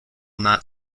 not